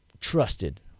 trusted